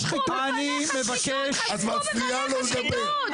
הסתייגויות 98 --- חשפו בפניך שחיתות.